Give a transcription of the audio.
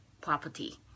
property